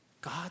God